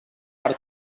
per